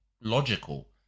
logical